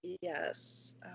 yes